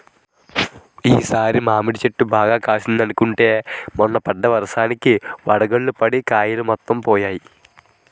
ఈ సారి మాడి చెట్టు బాగా కాసిందనుకుంటే మొన్న వర్షానికి వడగళ్ళు పడి కాయలు మొత్తం పోనాయి